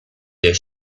their